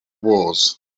wars